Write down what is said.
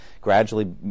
gradually